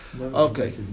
Okay